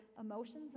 emotions